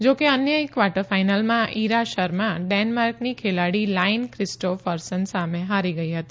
જો કે અન્ય એક કવાર્ટર ફાઇનલમાં ઇરા શર્મા ડેનમાર્કની ખેલાડી લાઇન ક્રિસ્ટોફર્સન સામે હારી ગઇ હતી